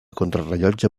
contrarellotge